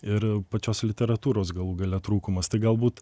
ir pačios literatūros galų gale trūkumas tai galbūt